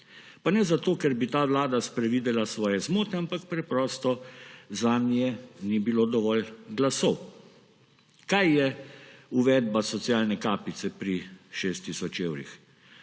pa ne zato, ker bi ta vlada sprevidela svoje zmote, ampak preprosto zanje ni bilo dovolj glasov. Kaj je uvedba socialne kapice pri 6 tisoč evrih?